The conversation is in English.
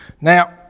Now